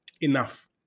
enough